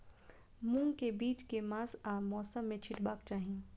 मूंग केँ बीज केँ मास आ मौसम मे छिटबाक चाहि?